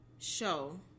Show